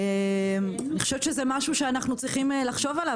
אני חושבת שזה משהו שאנחנו צריכים לחשוב עליו,